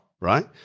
right